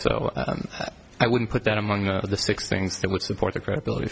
so i wouldn't put that among the six things that would support the credibility